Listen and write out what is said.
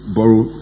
borrow